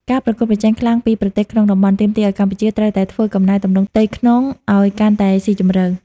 ការប្រកួតប្រជែងខ្លាំងពីប្រទេសក្នុងតំបន់ ទាមទារឱ្យកម្ពុជាត្រូវតែធ្វើកំណែទម្រង់ផ្ទៃក្នុងឱ្យកាន់តែស៊ីជម្រៅ។